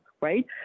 Right